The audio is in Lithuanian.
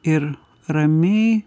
ir ramiai